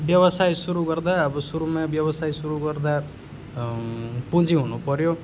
व्यवसाय सुरु गर्दा अब सुरुमा व्यवसाय सुरु गर्दा पुँजी हुनुपर्यो